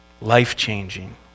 life-changing